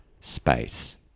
space